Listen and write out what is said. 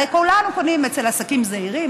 הרי כולנו קונים אצל עסקים זעירים,